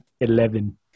Eleven